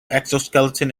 exoskeleton